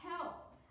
help